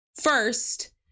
First